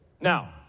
Now